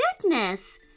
goodness